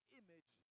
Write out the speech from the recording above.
image